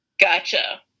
Gotcha